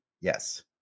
yes